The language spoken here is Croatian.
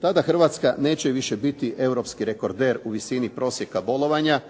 Tada Hrvatska neće više biti europski rekorder u visini prosjeka bolovanja